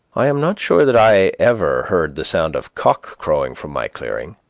i am not sure that i ever heard the sound of cock-crowing from my clearing,